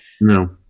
no